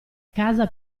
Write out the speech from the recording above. casa